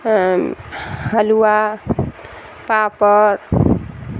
حلوہ پاپڑ